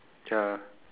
ya